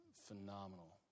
phenomenal